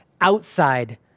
outside